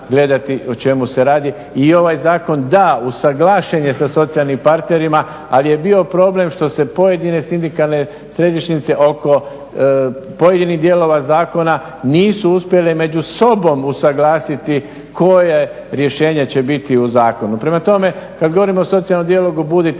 gledati o čemu se radi. I ovaj zakon da, usuglašen je sa socijalnim partnerima ali je bio problem što se pojedine sindikalne središnjice oko pojedinih dijelova zakona nisu uspjele među sobom usuglasiti koje rješenje će biti u zakonu. Prema tome, kad govorimo o socijalnom dijalogu budite